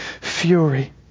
fury